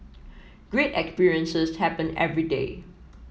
great experiences happen every day